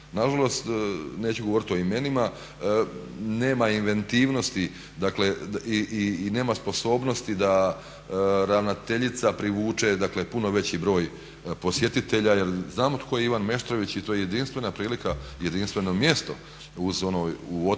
Nažalost, neću govoriti o imenima, nema inventivnosti, dakle i nema sposobnosti da ravanteljica privuče, dakle puno veći broj posjetitelja jer znamo tko je Ivan Meštrović i to je jedinstvena prilika, jedinstveno mjesto uz ono u